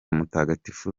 mutagatifu